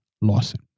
Lawson